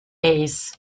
hayes